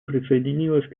присоединилась